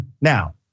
Now